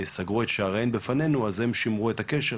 סגרו את שעריהן בפנינו אז הם שימרו את הקשר,